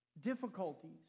difficulties